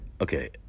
okay